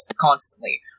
constantly